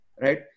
right